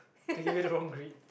do you get the wrong grade